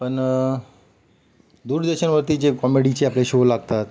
पण दूरदर्शनवरती जे कॉमेडीचे आपले शो लागतात